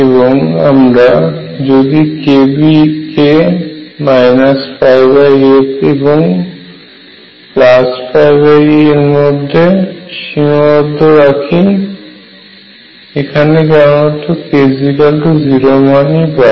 এবং আমরা যদি kb কে a এবং a এর মধ্যে সীমাবদ্ধ রাখি এখানে কেবলমাত্র k0 মান পাই